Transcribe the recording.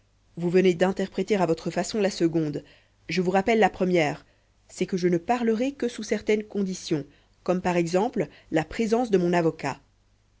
vous venez d'interpréter à votre façon la seconde je vous rappelle la première c'est que je ne parlerai que sous certaines conditions comme par exemple la présence de mon avocat